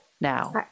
now